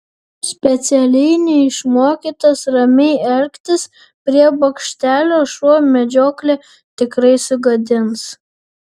specialiai neišmokytas ramiai elgtis prie bokštelio šuo medžioklę tikrai sugadins